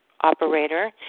Operator